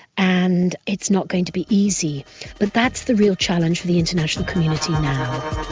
and it's not going to be easy but that's the real challenge for the international community now.